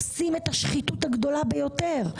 עושים את השחיתות הגדולה ביותר.